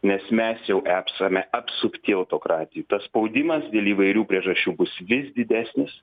nes mes jau epsame apsupti autokratijų tas spaudimas dėl įvairių priežasčių bus vis didesnis